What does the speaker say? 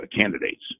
candidates